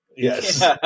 Yes